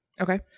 Okay